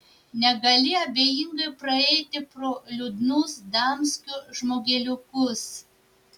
negali abejingai praeiti pro liūdnus damskio žmogeliukus